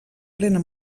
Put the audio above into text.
plena